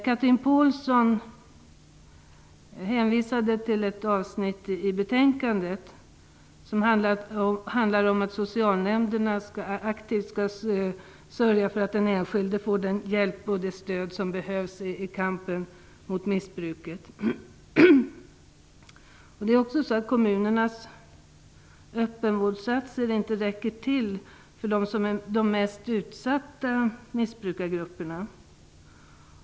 Chatrine Pålsson hänvisade till ett avsnitt i betänkandet som handlar om att socialnämnderna aktivt skall sörja för att den enskilde får den hjälp och det stöd som behövs i kampen mot missbruket. Kommunernas öppenvårdsinsatser räcker inte till för de mest utsatta missbrukargrupperna.